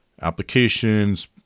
applications